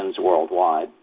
worldwide